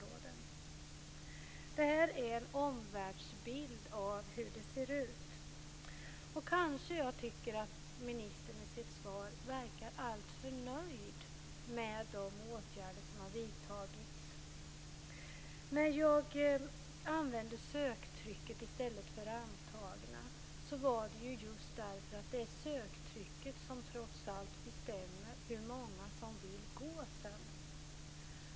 Detta är en omvärldsbild av hur det ser ut. Jag tycker kanske att ministern i sitt svar verkar alltför nöjd med de åtgärder som har vidtagits. När jag använder begreppet söktrycket i stället för begreppet antagna är det just därför att det är söktrycket som trots allt bestämmer hur många som vill genomgå en utbildning.